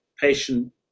patient